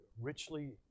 richly